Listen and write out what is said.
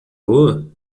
rua